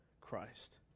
Christ